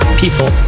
people